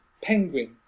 Penguin